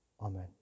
Amen